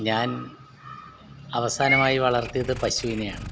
ഞാൻ അവസാനമായി വളർത്തിയത് പശുവിനെയാണ്